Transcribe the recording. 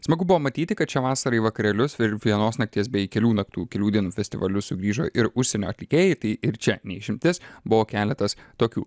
smagu buvo matyti kad šią vasarą į vakarėlius fir vienos nakties bei kelių naktų kelių dienų festivalius sugrįžo ir užsienio atlikėjai tai ir čia ne išimtis buvo keletas tokių